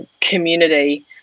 community